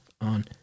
on